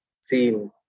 seen